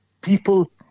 people